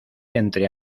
entre